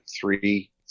three